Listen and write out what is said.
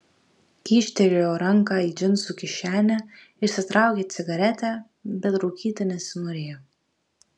kyštelėjo ranką į džinsų kišenę išsitraukė cigaretę bet rūkyti nesinorėjo